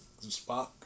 Spock